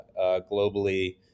globally